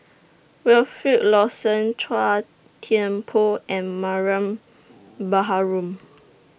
Wilfed Lawson Chua Thian Poh and Mariam Baharom